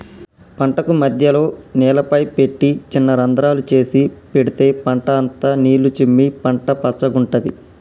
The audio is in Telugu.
పంటకు మధ్యలో నీళ్ల పైపు పెట్టి చిన్న రంద్రాలు చేసి పెడితే పంట అంత నీళ్లు చిమ్మి పంట పచ్చగుంటది